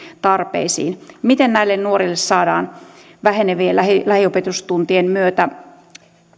tarpeisiin miten näille nuorille saadaan vähenevien lähiopetustuntien myötä